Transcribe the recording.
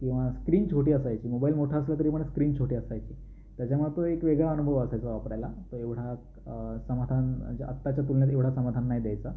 किंवा स्क्रिन छोटी असायची मोबाईल मोठा असला तरी पण स्क्रिन छोटी असायची त्याच्यामुळं तो एक वेगळा अनुभव असायचा वापरायला तो एवढा समाधान म्हणजे आत्ताच्या तुलनेत एवढा समाधान नाही द्यायचा